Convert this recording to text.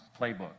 playbook